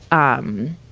um,